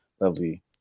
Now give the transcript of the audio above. lovely